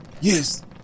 Yes